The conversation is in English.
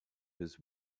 his